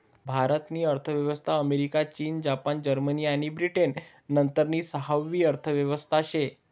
भारत नी अर्थव्यवस्था अमेरिका, चीन, जपान, जर्मनी आणि ब्रिटन नंतरनी सहावी अर्थव्यवस्था शे